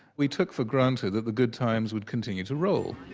we took for granted that the good times would continue to roll